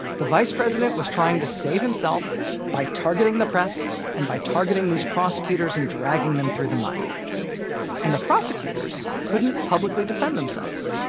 the vice president was trying to save himself by targeting the press and by targeting these prosecutors and dragging them through the mud and the prosecutors couldn't publicly defend themselves.